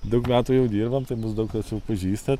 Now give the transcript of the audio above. daug metų jau dirbam tai mus daug kas jau pažįsta